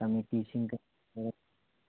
committee